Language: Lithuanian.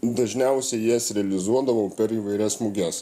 dažniausiai jas realizuodavau per įvairias muges